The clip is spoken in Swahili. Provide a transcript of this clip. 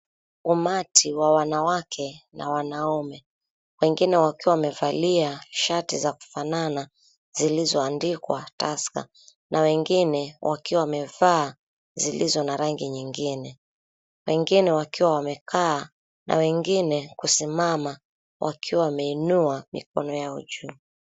Umati wa wanawake na wanaume, wengine wakiwa wamevalia shati za kufanana zilizoandikwa Tusker na wengine wakiwa wamevaa zilizo na rangi nyingine, wengine wakiwa wamekaa na wengine kusimama wakiwa wameinua mikono yao juu.